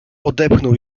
odepchnął